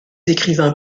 écrivains